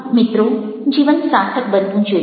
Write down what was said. મિત્રો જીવન સાર્થક બનવું જોઈએ